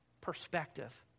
perspective